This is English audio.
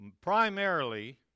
Primarily